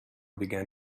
began